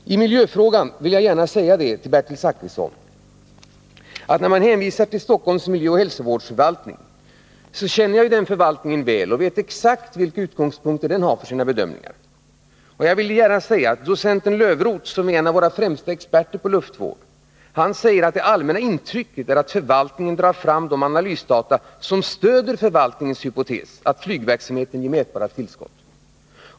I miljöfrågan vill jag gärna säga till Bertil Zachrisson, när han hänvisar till Stockholms miljöoch hälsovårdsförvaltning, att jag känner den förvaltningen väl och att jag vet exakt vad den har för utgångspunkter för sina bedömningar. Jag vill gärna säga att docenten Löfroth, som är en av våra främsta experter på luftvård, säger att det allmänna intrycket är att förvaltningen drar fram de analysdata som stöder förvaltningens hypotes, att flygverksamheten ger mätbara tillskott.